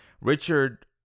Richard